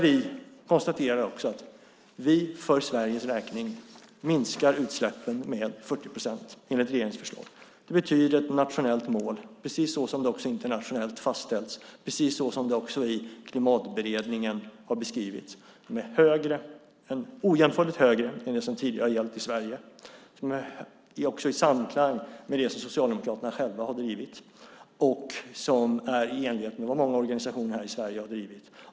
Vi konstaterar att vi för Sveriges räkning minskar utsläppen med 40 procent enligt regeringens förslag. Det betyder ett nationellt mål som, precis så som det internationellt fastställts och precis så som det beskrivits i Klimatberedningen, är ojämförligt högre än vad som tidigare gällt i Sverige, som också är i samklang med det Socialdemokraterna själva har drivit och som är i enlighet med vad många organisationer i Sverige har drivit.